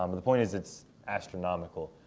um the point is it's astronomical.